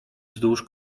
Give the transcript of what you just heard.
wzdłuż